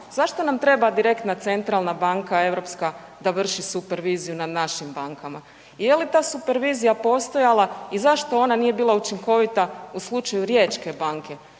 zašto nam treba direktna centralna banka europska da vrši superviziju nad našim bankama. Je li ta supervizija postojala i zašto ona nije bila učinkovita u slučaju Riječke banke,